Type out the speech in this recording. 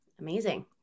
Amazing